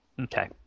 Okay